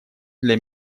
для